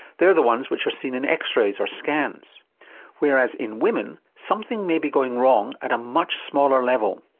they are the ones which are seen in x-rays or scans whereas in women something may be going wrong at a much smaller level.